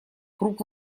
круг